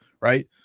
Right